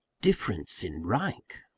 difference in rank,